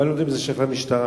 אבל זה שייך למשטרה